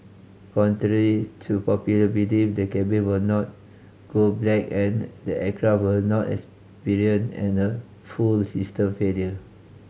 contrary to popular belief the cabin will not go black and the aircraft will not experience in a full system failure